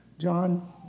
John